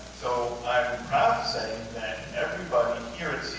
so i'm proud to say that everybody here